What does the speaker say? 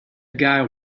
guy